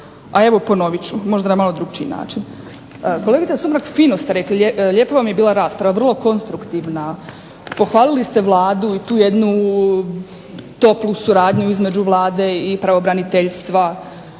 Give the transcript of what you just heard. a evo ponovit ću možda na malo drukčiji način. Kolegice Sumrak fino se rekli, lijepa vam je bila rasprava, vrlo konstruktivna. Pohvalili ste Vladu i tu jednu toplu suradnju između Vlade i pravobraniteljstva,